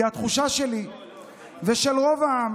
כי התחושה שלי ושל רוב העם